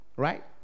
right